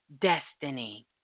destiny